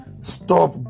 stop